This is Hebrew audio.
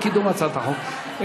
לקידום הצעת החוק.